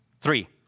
Three